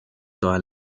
todas